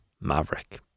Maverick